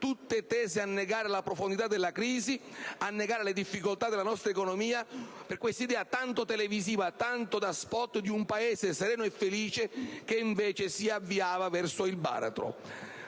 tutta tesa a negare la profondità della crisi, le difficoltà della nostra economia per questa idea tanto televisiva e tanto da *spot* di un Paese sereno e felice che invece si avviava verso il baratro.